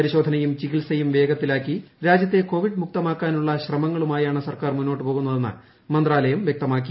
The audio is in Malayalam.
പരിശോധനയും ചികിത്സയും വേഗത്തിലാക്കി രാജ്യത്തെ കോവിഡ് മുക്തമാക്കാനുള്ള ശ്രമങ്ങളുമായാണ് സർക്കാർ മുന്നോട്ട് പോകുന്നതെന്ന് മന്ത്രാലയം വ്യക്തമാക്കി